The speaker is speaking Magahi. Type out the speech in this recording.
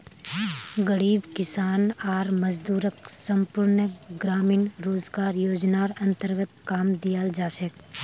गरीब किसान आर मजदूरक संपूर्ण ग्रामीण रोजगार योजनार अन्तर्गत काम दियाल जा छेक